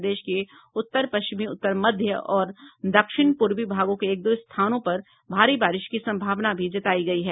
प्रदेश के उत्तर पश्चिमी उत्तर मध्य और दक्षिण पूर्वी भागों के एक दो स्थानों पर भारी बारिश की संभावना भी जतायी गयी है